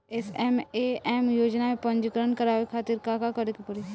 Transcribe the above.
SMAM योजना में पंजीकरण करावे खातिर का का करे के पड़ी?